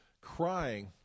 crying